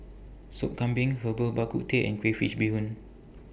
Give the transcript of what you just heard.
Sop Kambing Herbal Bak Ku Teh and Crayfish Beehoon